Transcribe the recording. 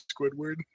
Squidward